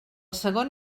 segon